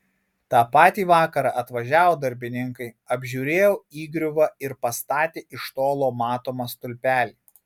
tą patį vakarą atvažiavo darbininkai apžiūrėjo įgriuvą ir pastatė iš tolo matomą stulpelį